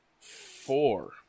four